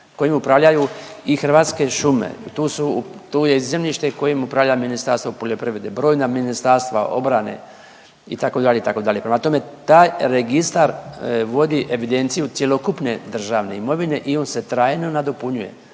kojim upravljaju i Hrvatske šume, tu su, tu je zemljište kojim upravlja Ministarstvo poljoprivrede, brojna ministarstva, obrane itd., itd. Prema tome, taj registar vodi evidenciju cjelokupne državne imovine i on se trajno nadopunjuje,